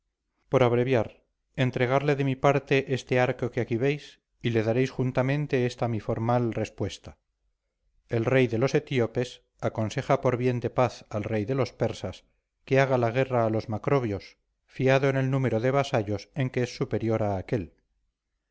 por abreviar entregarle de mi parte este arco que aquí veis y le daréis juntamente esta mi formal respuesta el rey de los etíopes aconseja por bien de paz al rey de las persas que haga la guerra a los macrobios fiado en el número de vasallos en que es superior a aquél